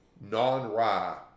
non-rye